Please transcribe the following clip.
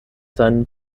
seinen